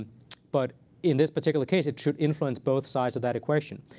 but in this particular case, it should influence both sides of that equation.